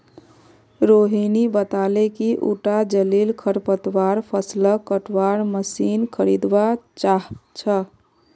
रोहिणी बताले कि उटा जलीय खरपतवार फ़सलक कटवार मशीन खरीदवा चाह छ